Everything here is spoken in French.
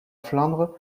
flandre